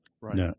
Right